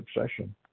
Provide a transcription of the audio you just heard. obsession